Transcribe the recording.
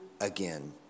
again